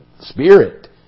spirit